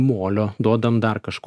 molio duodam dar kažko